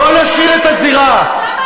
לא נשאיר את הזירה.